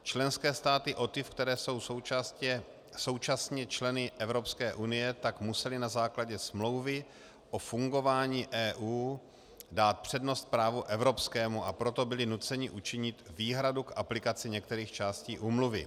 Členské státy COTIF, které jsou současně členy Evropské unie, tak musely na základě Smlouvy o fungování EU dát přednost právu evropskému, a proto byly nuceny učinit výhradu k aplikaci některých částí úmluvy.